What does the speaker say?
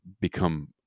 become